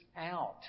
out